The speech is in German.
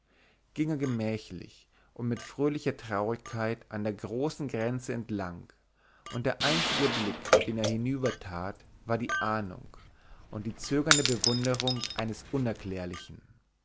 er gemächlich und mit fröhlicher traurigkeit an der großen grenze entlang und der einzige blick den er hinüber tat war die ahnung und die zögernde bewunderung eines unerklärlichen